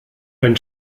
ein